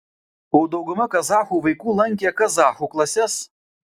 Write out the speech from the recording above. o dauguma kazachų vaikų lankė kazachų klases